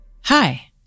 Hi